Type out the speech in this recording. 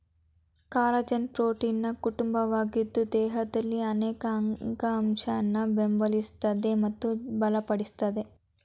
collagen ಪ್ರೋಟೀನ್ನ ಕುಟುಂಬವಾಗಿದ್ದು ದೇಹದಲ್ಲಿನ ಅನೇಕ ಅಂಗಾಂಶನ ಬೆಂಬಲಿಸ್ತದೆ ಮತ್ತು ಬಲಪಡಿಸ್ತದೆ